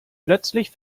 plötzlich